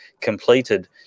completed